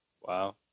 Wow